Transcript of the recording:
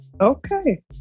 Okay